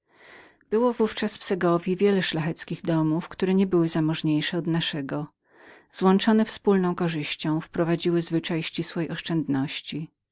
było w ówczas w segowji wiele szlacheckich domów które niebyły zamożniejsze od naszego złączone wspólną korzyścią wprowadziły zwyczaj ścisłej oszczędności